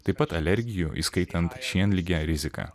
taip pat alergijų įskaitant šienligę riziką